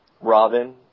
Robin